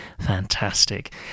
fantastic